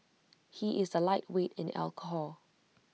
he is A lightweight in alcohol